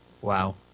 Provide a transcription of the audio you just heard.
Wow